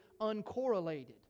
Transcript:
uncorrelated